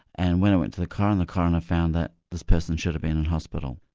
and when it went to the coroner, the coroner found that this person should have been in hospital.